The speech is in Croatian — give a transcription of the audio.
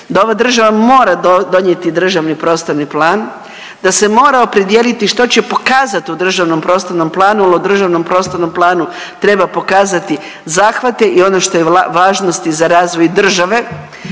da ova država mora donijeti državni prostorni plan, da se mora opredijeliti što će pokazat u državnom prostornom planu jel u državnom prostornom planu treba pokazati zahvate i ono što je važnosti za razvoj države